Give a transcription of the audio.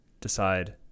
decide